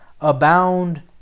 abound